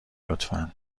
لطفا